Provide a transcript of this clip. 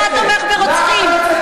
אתה תומך ברוצחים.